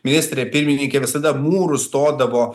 ministrė pirmininkė visada mūru stodavo